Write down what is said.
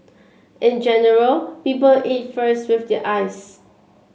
in general people eat first with their eyes